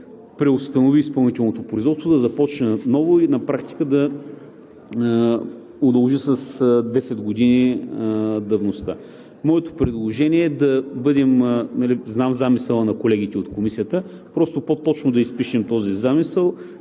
преустанови изпълнителното производство, да започне ново и на практика да удължи с 10 години давността. Моето предложение е – знам замисъла на колегите от Комисията, просто по-точно да изпишем този замисъл